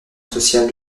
sociale